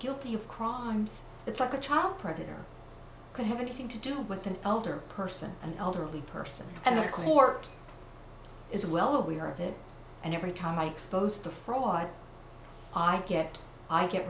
guilty of crimes it's like a child predator could have anything to do with an older person an elderly person and a court is well aware of it and every time i exposed to fraud i get i get